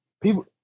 people